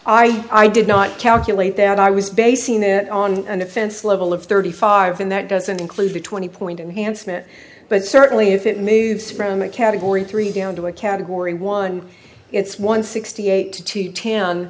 i i did not calculate that i was basing it on an offense level of thirty five and that doesn't include the twenty point and handsome it but certainly if it moves from a category three down to a category one it's one sixty eight to ten